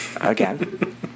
Again